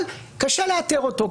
אבל קשה לאתר אותו,